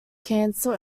cancer